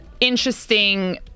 interesting